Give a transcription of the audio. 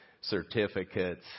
certificates